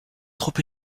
trop